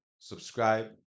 subscribe